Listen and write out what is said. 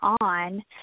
on